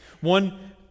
One